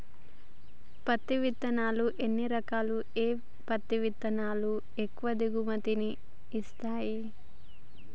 పత్తి విత్తనాలు ఎన్ని రకాలు, ఏ పత్తి విత్తనాలు ఎక్కువ దిగుమతి ని ఇస్తాయి?